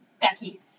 Becky